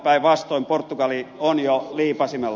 päinvastoin portugali on jo liipasimella